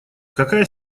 какая